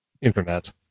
Internet